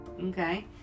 okay